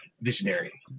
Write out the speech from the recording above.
visionary